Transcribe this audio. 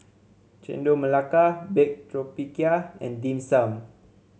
Chendol Melaka Baked Tapioca and Dim Sum